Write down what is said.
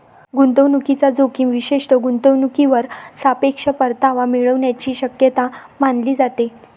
गुंतवणूकीचा जोखीम विशेष गुंतवणूकीवर सापेक्ष परतावा मिळण्याची शक्यता मानली जाते